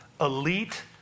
elite